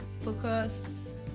focus